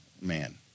man